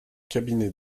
cabinet